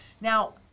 Now